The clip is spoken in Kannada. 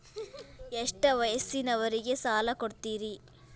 ಎಷ್ಟ ವಯಸ್ಸಿನವರಿಗೆ ಸಾಲ ಕೊಡ್ತಿರಿ?